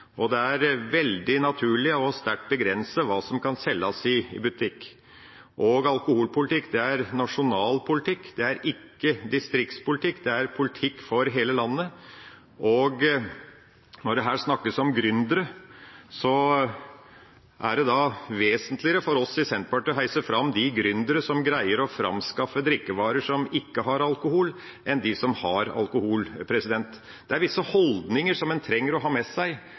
og det er veldig naturlig sterkt å begrense hva som skal selges i butikk. Alkoholpolitikk er nasjonal politikk, det er ikke distriktspolitikk, det er politikk for hele landet. Når det her snakkes om gründere, er det mer vesentlig for oss i Senterpartiet å heie fram de gründere som greier å framskaffe drikkevarer som ikke har alkohol, enn de som har alkohol. Det er visse holdninger en trenger å ha med seg